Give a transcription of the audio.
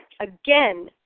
again